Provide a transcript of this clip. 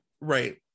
Right